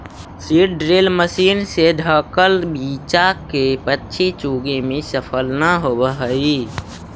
seed drill machine से ढँकल बीचा के पक्षी चुगे में सफल न होवऽ हई